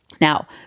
Now